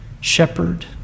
shepherd